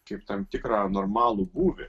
kaip tam tikrą normalų būvį